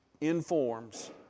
informs